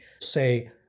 Say